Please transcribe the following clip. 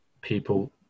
people